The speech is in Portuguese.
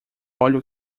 olhe